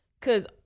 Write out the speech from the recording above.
Cause